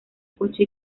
coche